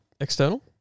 external